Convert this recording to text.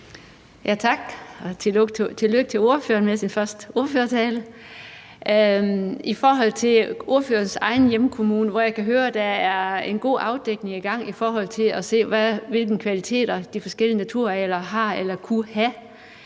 Tak, og tillykke til ordføreren med sin første ordførertale. I forhold til ordførerens egen hjemkommune, hvor jeg kan høre der er en god afdækning i gang i forhold til at se på, hvilke kvaliteter de forskellige naturarealer har eller kunne have,